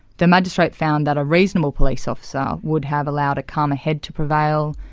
the magistrate found that a reasonable police officer would have allowed a calmer head to prevail,